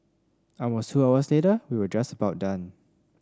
almost two hours later we were just about done